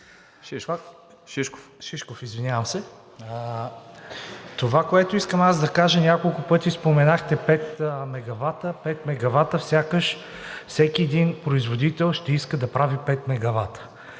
Шишков, извинявам се. Това, което искам да кажа, няколко пъти споменахте пет мегавата, пет мегавата, сякаш всеки един производител ще иска да прави пет мегавата.